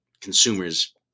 consumers